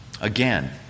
Again